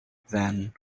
then